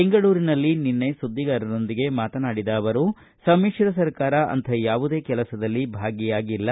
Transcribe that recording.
ಬೆಂಗಳೂರಿನಲ್ಲಿ ನಿನ್ನೆ ಸುದ್ವಿಗಾರರೊಂದಿಗೆ ಮಾತನಾಡಿದ ಅವರು ಸಮಿತ್ರ ಸರ್ಕಾರ ಅಂಥ ಯಾವುದೇ ಕೆಲಸದಲ್ಲಿ ಭಾಗಿಯಾಗಿಲ್ಲ